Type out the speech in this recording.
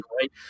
right